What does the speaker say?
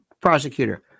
prosecutor